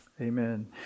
Amen